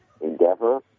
endeavor